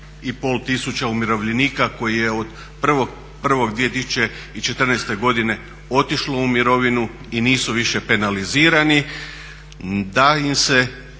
5,5 tisuća umirovljenika koji su od 1.1.2014. godine otišlo u mirovinu i nisu više penalizirani, da im se